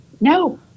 No